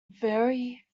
very